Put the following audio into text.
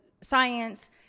science